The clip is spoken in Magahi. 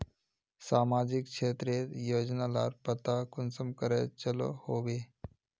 सामाजिक क्षेत्र रेर योजना लार पता कुंसम करे चलो होबे?